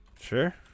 Sure